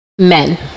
Men